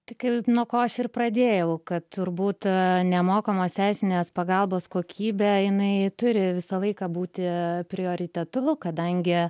tik nuo ko aš ir pradėjau kad turbūt nemokamos teisinės pagalbos kokybę jinai turi visą laiką būti prioritetu kadangi